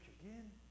again